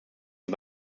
die